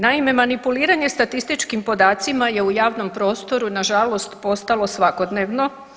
Naime, manipuliranje statističkim podacima je u javnom prostoru na žalost postalo svakodnevno.